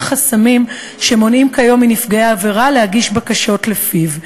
חסמים שמונעים כיום מנפגעי העבירה להגיש בקשות לפיו.